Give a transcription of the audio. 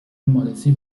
مالزی